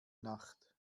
nacht